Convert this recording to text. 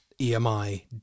EMI